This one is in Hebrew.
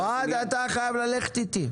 אוהד, אתה חייב ללכת איתי.